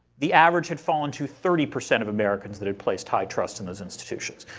the average had fallen to thirty percent of americans that had placed high trust in those institutions.